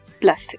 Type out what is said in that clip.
plus